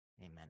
amen